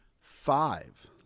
Five